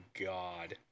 God